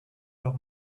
leur